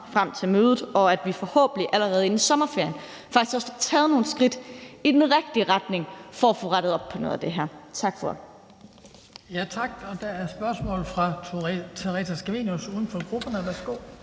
frem til mødet og til, at vi forhåbentlig allerede inden sommerferien faktisk også får taget nogle skridt i den rigtige retning for få rettet op på noget af det her. Tak for ordet. Kl. 16:57 Den fg. formand (Hans Kristian Skibby): Tak. Der er spørgsmål fra fru Theresa Scavenius, uden for grupperne. Værsgo.